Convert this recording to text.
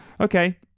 okay